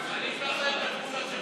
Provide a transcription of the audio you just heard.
נא לעלות למעלה.